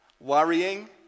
worrying